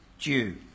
due